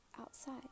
outside